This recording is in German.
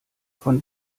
von